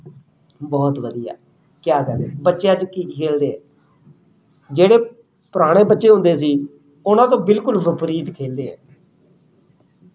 ਬਹੁਤ ਵਧੀਆ ਕਿਆ ਗੱਲ ਹੈ ਬੱਚੇ ਅੱਜ ਕੀ ਖੇਲਦੇ ਆ ਜਿਹੜੇ ਪੁਰਾਣੇ ਬੱਚੇ ਹੁੰਦੇ ਸੀ ਉਹਨਾਂ ਤੋਂ ਬਿਲਕੁਲ ਵਿਪਰੀਤ ਖੇਲਦੇ ਹੈ